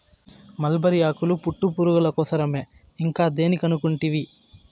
mulberry ఆకులు పట్టుపురుగుల కోసరమే ఇంకా దేని కనుకుంటివి